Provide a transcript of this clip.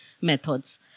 Methods